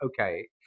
okay